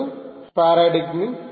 to paradigms